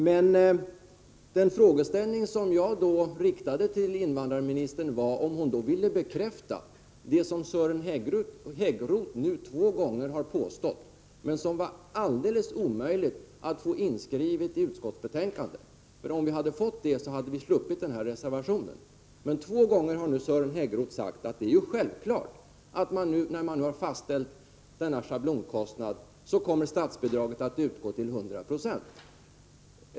Men den fråga jag riktade till invandrarministern var om hon ville bekräfta det som Sören Häggroth nu två gånger har påstått men som det var alldeles omöjligt att få inskrivet i utskottsbetänkandet. Om vi hade fått det, hade vi sluppit att reservera Oss. Två gånger har Sören Häggroth sagt att det är självklart att när man nu har fastställt schablonkostnaden kommer statsbidrag att utgå till 100 96.